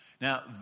Now